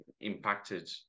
impacted